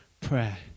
prayer